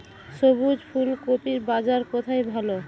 সবুজ ফুলকপির বাজার কোথায় ভালো?